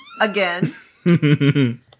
again